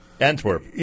Antwerp